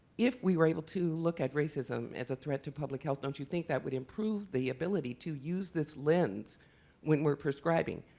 if we were able to look at racism as a threat to public health, don't you think that would improve the ability to use this lens when we're prescribing?